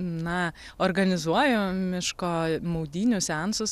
na organizuoju miško maudynių seansus